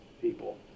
people